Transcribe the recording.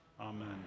Amen